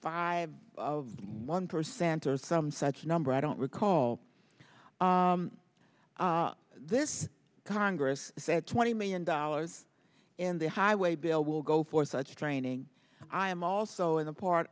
five of one percent or some such number i don't recall this congress said twenty million dollars and the highway bill will go for such training i am also in a part